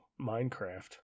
Minecraft